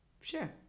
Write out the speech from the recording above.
Sure